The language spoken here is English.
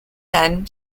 end